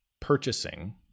purchasing